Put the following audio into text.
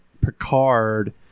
Picard